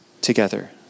together